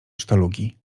sztalugi